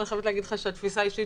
ואני חייבת להגיד לך שהתפיסה האישית